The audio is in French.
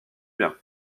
bien